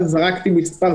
זרקתי מספר,